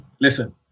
Listen